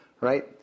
right